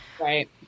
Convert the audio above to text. right